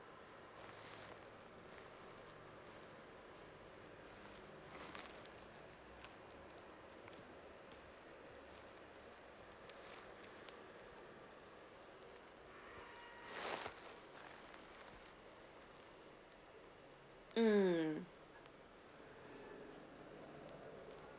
mm